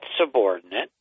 subordinate